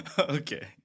Okay